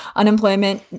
unemployment.